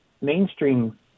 mainstream